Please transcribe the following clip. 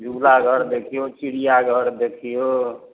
झूला घर देखियौ चिड़ियाँघर देखियौ